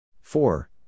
Four